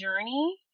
journey